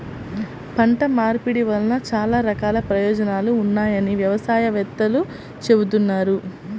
పంట మార్పిడి వలన చాలా రకాల ప్రయోజనాలు ఉన్నాయని వ్యవసాయ వేత్తలు చెబుతున్నారు